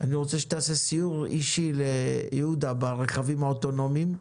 אני רוצה שתעשה ליהודה סיור אישי ברכבים האוטונומיים,